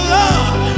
love